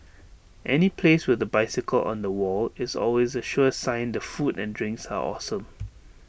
any place with A bicycle on the wall is always A sure sign the food and drinks are awesome